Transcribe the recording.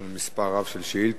יש לנו מספר רב של שאילתות,